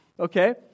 Okay